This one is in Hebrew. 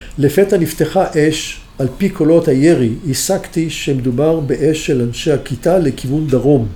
לפתע נפתחה אש על פי קולות הירי, היסקתי שמדובר באש של אנשי הכיתה לכיוון דרום.